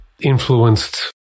influenced